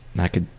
i can